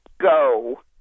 go